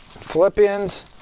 Philippians